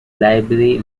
library